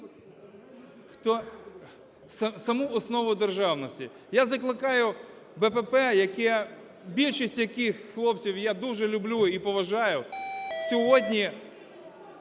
саму основу державності. Я закликаю БПП, яке… більшість яких, хлопців, я дуже люблю і поважаю, сьогодні